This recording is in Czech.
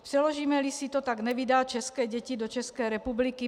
Přeložímeli si to tak nevydá české děti do České republiky.